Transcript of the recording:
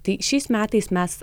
tai šiais metais mes